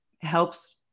helps